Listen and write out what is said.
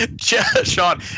Sean